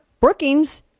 Brookings